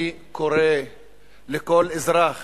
אני קורא לכל אזרח